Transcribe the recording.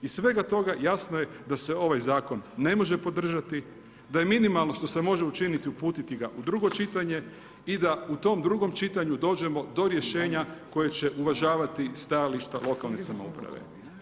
Iz svega toga, jasno je da se ovaj zakon ne može podržati, da je minimalno što se može učiniti uputiti ga u drugo čitanje i da u tom drugom čitanju dođemo do rješenja koje će uvažavati stajališta lokalne samouprave.